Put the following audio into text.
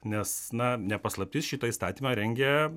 nes na ne paslaptis šitą įstatymą rengia